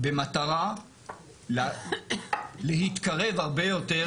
במטרה להתקרב הרבה יותר.